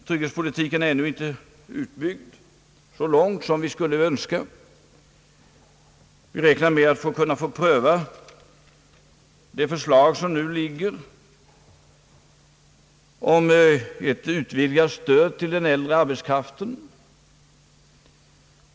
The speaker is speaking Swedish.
Trygghetspolitiken är ännu inte utbyggd så långt som vi skulle önska. Vi räknar med att få pröva det föreliggande förslaget om vidgat stöd till den äldre arbetskraften.